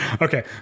Okay